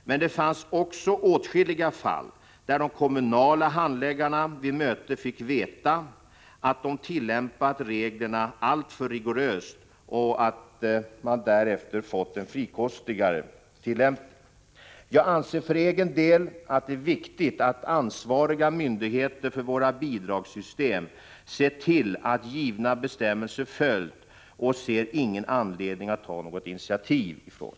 Men det fanns också åtskilliga fall där de kommunala handläggarna vid mötena fick veta att de tillämpat reglerna alltför rigoröst och där man därefter fått en frikostigare tillämpning. Jag anser för egen del att det är viktigt att ansvariga myndigheter för våra bidragssystem ser till att givna bestämmelser följs och ser ingen anledning att ta något initiativ i frågan.